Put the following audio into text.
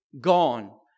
Gone